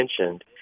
mentioned